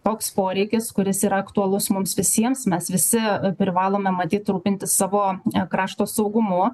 toks poreikis kuris yra aktualus mums visiems mes visi privalome matyt rūpintis savo krašto saugumu